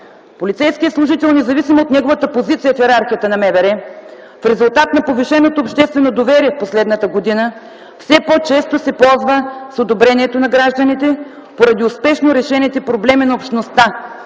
Полицейският служител, независимо от неговата позиция в йерархията на МВР, в резултат на повишеното обществено доверие в последната година все по-често се ползва с одобрението на гражданите поради успешно решените проблеми на общността.